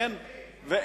תודה, מספיק.